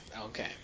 Okay